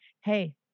Hey